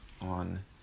on